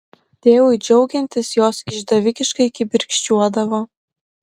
tėvui džiaugiantis jos išdavikiškai kibirkščiuodavo